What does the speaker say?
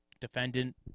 Defendant